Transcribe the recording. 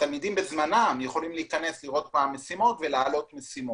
והתלמידים בזמנם יכולים להיכנס לראות מה המשימות ולהעלות משימות.